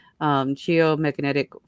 geomagnetic